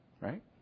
Right